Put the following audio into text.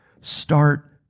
Start